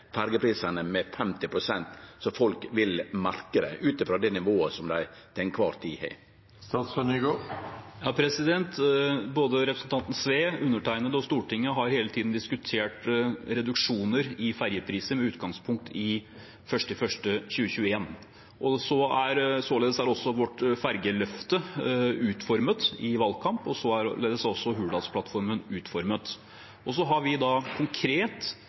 med 50 pst., slik at folk vil merke det ut i frå det nivået som dei til ein kvar tid har? Både representanten Sve, undertegnede og Stortinget har hele tiden diskutert reduksjoner i ferjeprisene med utgangspunkt i 1. januar 2021. Således er også vårt ferjeløfte utformet i valgkamp, og således er også Hurdalsplattformen utformet. Vi har